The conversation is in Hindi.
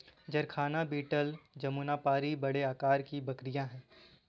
जरखाना बीटल जमुनापारी बड़े आकार की बकरियाँ हैं